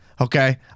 Okay